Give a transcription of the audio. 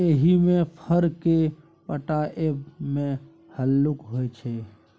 एहिमे फर केँ पटाएब मे हल्लुक होइ छै